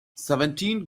seventeen